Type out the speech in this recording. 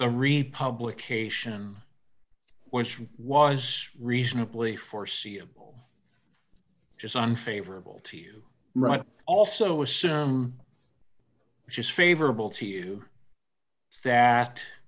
republic ation which was reasonably foreseeable just on favorable to you right also assume which is favorable to you that